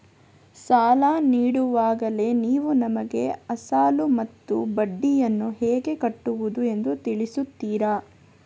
ಸಾಲ ನೀಡುವಾಗಲೇ ನೀವು ನಮಗೆ ಅಸಲು ಮತ್ತು ಬಡ್ಡಿಯನ್ನು ಹೇಗೆ ಕಟ್ಟುವುದು ಎಂದು ತಿಳಿಸುತ್ತೀರಾ?